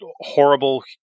horrible